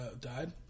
died